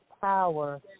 power